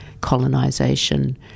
colonisation